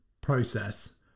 process